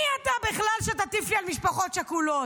מי אתה בכלל שתטיף לי על משפחות שכולות?